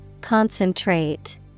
Concentrate